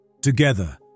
Together